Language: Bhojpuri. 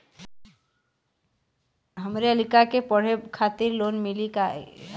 हमरे लयिका के पढ़े खातिर लोन मिलि का?